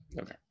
Okay